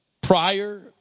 prior